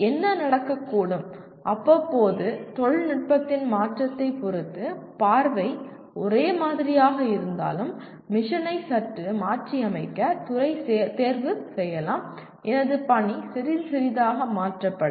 என்ன நடக்கக்கூடும் அவ்வப்போது தொழில்நுட்பத்தின் மாற்றத்தைப் பொறுத்து பார்வை ஒரே மாதிரியாக இருந்தாலும் மிஷனை சற்று மாற்றியமைக்க துறை தேர்வு செய்யலாம் எனது பணி சிறிது சிறிதாக மாற்றப்படும்